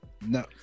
no